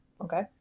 Okay